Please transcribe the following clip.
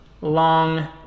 long